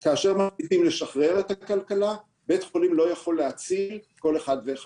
יש כאן המון מבתי החולים הפסיכיאטריים שנמצאים בזום,